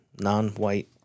non-white